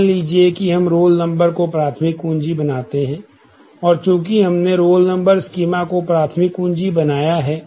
मान लीजिए कि हम रोल नंबर को प्राथमिक कुंजी बनाते हैं और चूंकि हम हमने रोल नंबर को स्कीमा में प्राथमिक कुंजी बनाया है